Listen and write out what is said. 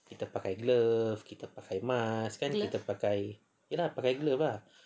kita pakai glove kita pakai mask kan ya lah pakai glove ah